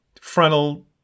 frontal